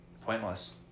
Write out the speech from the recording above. pointless